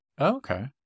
Okay